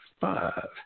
five